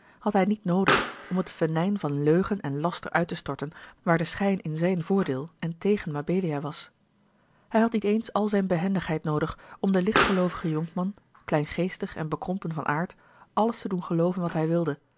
had hij niet noodig om het venijn van leugen en laster uit te storten waar de schijn in zijn voordeel en tegen mabelia was hij had niet eens al zijne behendigheid noodig om den lichtgeloovigen jonkman kleingeestig en bekrompen van aard alles te doen gelooven wat hij wilde